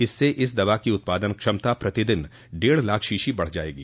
इससे इस दवा की उत्पादन क्षमता प्रतिदिन डेढ लाख शीशी बढ जाएगी